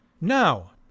Now